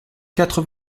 quatre